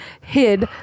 hid